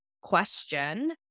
question